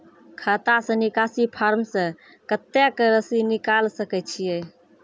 खाता से निकासी फॉर्म से कत्तेक रासि निकाल सकै छिये?